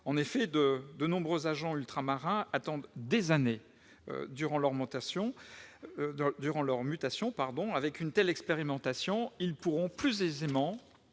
En effet, de nombreux agents ultramarins attendent pendant des années leur mutation ; avec une telle expérimentation, ils pourront plus aisément